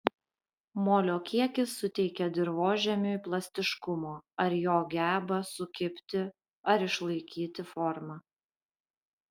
molio kiekis suteikia dirvožemiui plastiškumo ar jo gebą sukibti ar išlaikyti formą